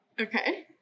Okay